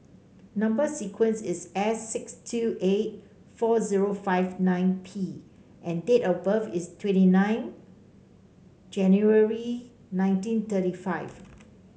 number sequence is S six two eight four zero five nine P and date of birth is twenty nine January nineteen thirty five